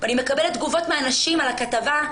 ואני מקבלת תגובות מאנשים על הכתבה,